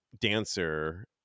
dancer